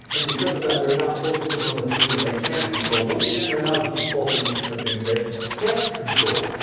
and because of that they're not focusing on the things that they can't control. once again, they're now defaulting into the things they can't control.